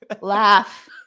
Laugh